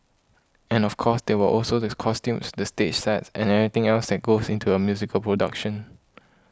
and of course there were also this costumes the stage sets and everything else that goes into a musical production